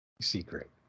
secret